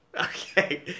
Okay